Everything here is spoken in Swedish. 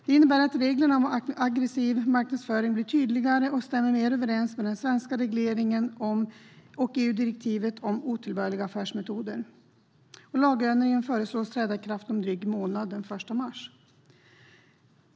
Det innebär att reglerna om aggressiv marknadsföring blir tydligare och stämmer mer överens med den svenska regleringen och EU-direktivet om otillbörliga affärsmetoder. Lagändringen föreslås träda i kraft om en dryg månad, den 1 mars.